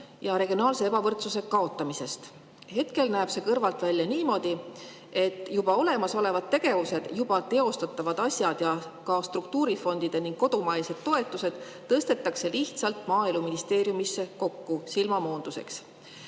ja regionaalse ebavõrdsuse kaotamisest. Hetkel näeb see kõrvalt vaadates välja niimoodi, et juba olemasolevad tegevused, juba teostatavad asjad ja ka struktuurifondide ning kodumaised toetused tõstetakse lihtsalt Maaeluministeeriumisse silmamoonduseks